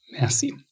Merci